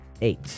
eight